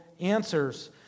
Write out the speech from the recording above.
answers